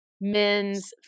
men's